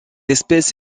espèce